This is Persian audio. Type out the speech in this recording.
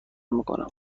میکنم